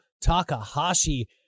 Takahashi